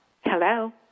Hello